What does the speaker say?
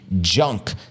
junk